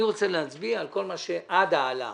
אני רוצה להצביע עד ההעלאה.